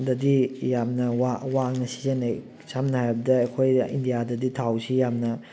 ꯗꯗꯤ ꯌꯥꯝꯅ ꯋꯥꯡꯅ ꯁꯤꯖꯟꯅꯩ ꯁꯝꯅ ꯍꯥꯏꯔꯕꯗ ꯑꯩꯈꯣꯏ ꯏꯟꯗꯤꯌꯥꯗꯗꯤ ꯊꯥꯎꯁꯤ ꯌꯥꯝꯅ